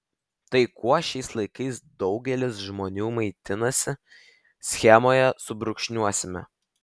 tai kuo šiais laikais daugelis žmonių maitinasi schemoje subrūkšniuosime